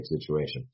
situation